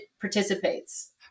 participates